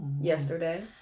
yesterday